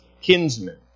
kinsmen